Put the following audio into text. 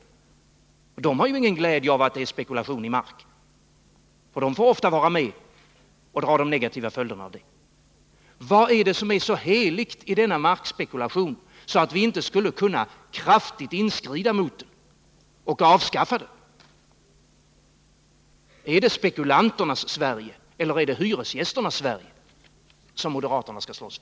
Byggnadsproduktionsföretagen har ingen glädje av att det förekommer spekulation i mark — de får ofta vara med och bära de negativa följerna av markspekulationen. Vad är det som är så heligt i denna markspekulation att vi inte kraftfullt skulle kunna inskrida mot den och avskaffa den? Är det spekulanternas Sverige eller är det hyresgästernas Sverige som moderaterna slåss för?